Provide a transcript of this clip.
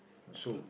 understood